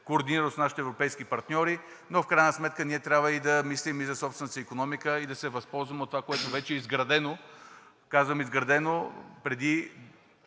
координирана с нашите европейски партньори, а ние трябва да мислим и за собствената си икономика и да се възползваме от това, което вече е изградено, казвам изградено отпреди